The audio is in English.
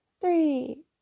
three